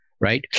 right